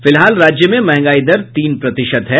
फिलहाल राज्य में महंगाई दर तीन प्रतिशत है